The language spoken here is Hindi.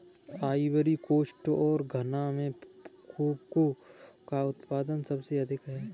आइवरी कोस्ट और घना में कोको का उत्पादन सबसे अधिक है